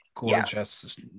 gorgeous